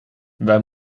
wij